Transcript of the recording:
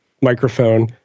microphone